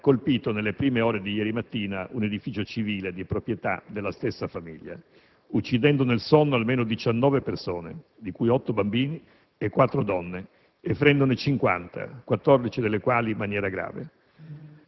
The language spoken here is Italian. ha colpito, nelle prime ore di ieri mattina, un edificio civile di proprietà della stessa famiglia, uccidendo nel sonno almeno 19 persone, di cui otto bambini e quattro donne, e ferendone 50, 14 delle quali in maniera grave.